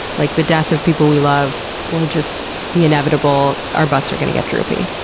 like the death of people we love or just the inevitable, our butts are gonna get droopy.